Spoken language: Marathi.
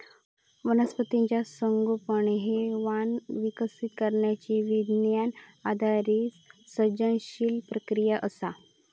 वनस्पतीचा संगोपन हे वाण विकसित करण्यची विज्ञान आधारित सर्जनशील प्रक्रिया असा